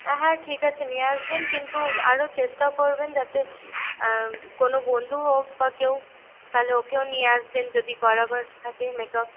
হ্যাঁ ঠিক আছে নিয়ে আসবেন কিন্তু আরো চেষ্টাও করবেন যাতে কোনো বন্ধু হোক বা কেউ তাহলে ওকেও নিয়ে আসবেন যদি করাবার থাকে মেকাপ